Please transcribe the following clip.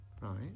Right